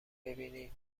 ببینی